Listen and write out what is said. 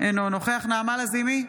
אינו נוכח נעמה לזימי,